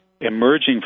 emerging